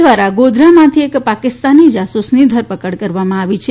દ્વારા ગોધરામાંથી એક પાકિસ્તાની જાસૂસની ધરપકડ કરવામાં આવી છે